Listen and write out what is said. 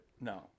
No